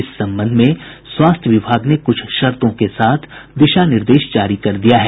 इस संबंध में स्वास्थ्य विभाग ने कुछ शर्तों के साथ दिशा निर्देश जारी कर दिये हैं